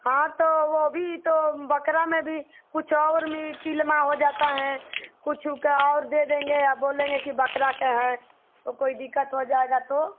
हाँ तो वह भी तो बकरा में भी कुछ और में किलमा हो जाता हैं कुछ ऊका और दे देंगे या बोल देंगे कि बकरा के है तो कोई दिक्कत हो जाएगा तो